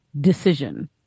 decision